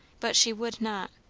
but she would not.